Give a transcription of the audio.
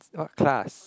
what class